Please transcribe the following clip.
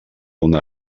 una